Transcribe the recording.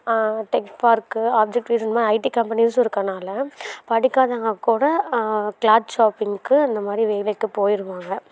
tech park object ways இந்த மாதிரி IT கம்பெனிஸ்ஸும் இருக்கனால படிக்காதவங்ககூட கிளாத் ஷாப்பிங்க்கு அந்தமாதிரி வேலைக்குப்போயிடுவாங்க